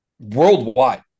worldwide